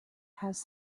has